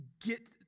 get